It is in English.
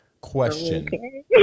Question